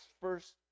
first